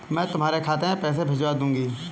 मैं तुम्हारे खाते में पैसे भिजवा दूँगी